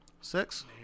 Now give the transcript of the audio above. six